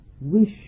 wish